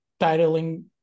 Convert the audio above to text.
titling